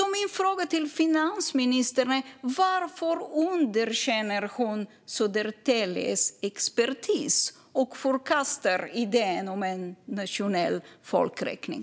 Min fråga till finansministern är: Varför underkänner hon Södertäljes expertis och förkastar idén om en nationell folkräkning?